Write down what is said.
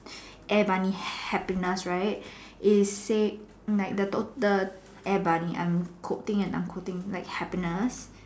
air bunny happiness right is said like the total the air bunny I'm quoting and unquoting like happiness